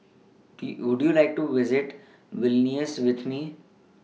D Would YOU like to visit Vilnius with Me